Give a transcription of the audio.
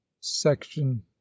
section